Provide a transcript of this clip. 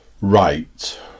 Right